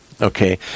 Okay